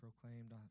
proclaimed